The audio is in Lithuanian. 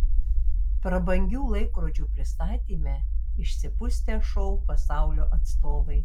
prabangių laikrodžių pristatyme išsipustę šou pasaulio atstovai